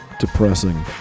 Depressing